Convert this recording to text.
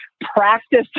Practice